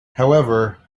however